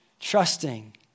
trusting